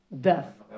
death